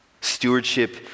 Stewardship